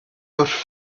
wrth